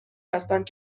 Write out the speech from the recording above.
هستند